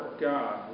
God